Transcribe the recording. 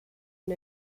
and